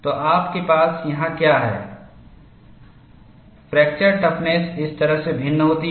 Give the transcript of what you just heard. तो आपके पास यहां क्या है फ्रैक्चर टफनेस इस तरह से भिन्न होती है